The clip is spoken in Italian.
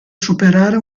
superare